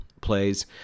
plays